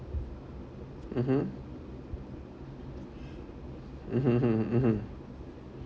mmhmm mmhmm hmm mmhmm